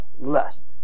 lust